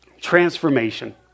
Transformation